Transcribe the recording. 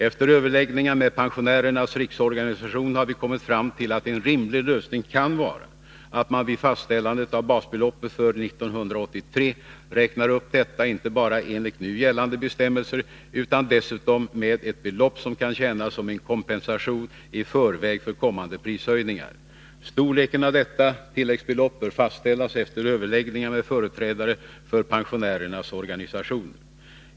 Efter överläggningen med Pensionärernas riksorganisation har vi kommit fram till att en rimlig lösning kan vara att man vid fastställandet av basbeloppet för 1983 räknar upp detta inte bara enligt nu gällande bestämmelser utan dessutom med ett belopp som kan tjäna som en kompensation i förväg för kommande prishöjningar. Storleken av detta tilläggsbelopp bör fastställas efter överläggningar med företrädare för pensionärernas organisationer.